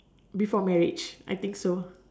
before marriage I think so